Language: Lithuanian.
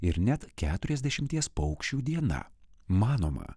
ir net keturiasdešimties paukščių diena manoma